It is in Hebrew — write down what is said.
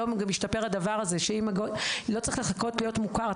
היום גם השתפר הדבר הזה שלא צריך לחכות להיות מוכר.